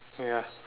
ya